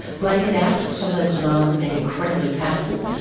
blank it out. some of those denials have been incredibly powerful.